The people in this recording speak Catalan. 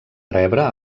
rebre